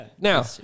Now